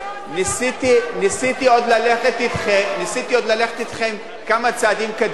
ניסיתי עוד ללכת אתכם כמה צעדים קדימה,